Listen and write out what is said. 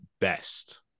best